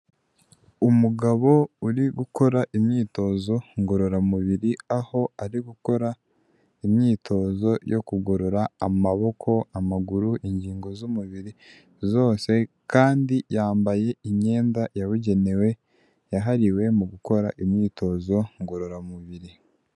Umugabo uri gukora imyitozo ngororamubiri aho ari gukora imyitozo yo kugorora amaboko, amaguru, ingingo z'umubiri zose kandi yambaye imyenda yabugenewe yahariwe mu gukora imyitozo ngororamubiri.